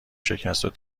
شکستشو